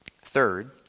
Third